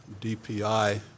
DPI